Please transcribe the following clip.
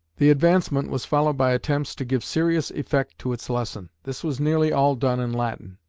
the advancement was followed by attempts to give serious effect to its lesson. this was nearly all done in latin.